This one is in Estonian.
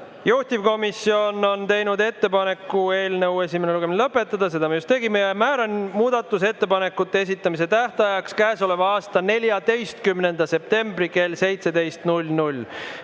toetust. Juhtivkomisjon on teinud ettepaneku eelnõu esimene lugemine lõpetada. Seda me just tegime. Määran muudatusettepanekute esitamise tähtajaks käesoleva aasta 14. septembri kell 17.